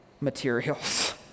materials